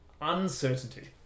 Uncertainty